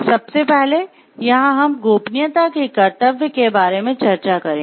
सबसे पहले यहां हम "गोपनीयता के कर्तव्य" के बारे में चर्चा करेंगे